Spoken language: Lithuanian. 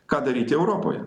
ką daryti europoje